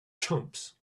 chumps